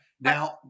Now